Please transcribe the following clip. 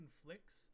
conflicts